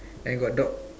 and got dog